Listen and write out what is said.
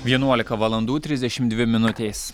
vienuolika valandų trisdešimt dvi minutės